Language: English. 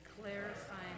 clarifying